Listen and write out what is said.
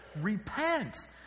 Repent